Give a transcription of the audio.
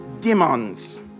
Demons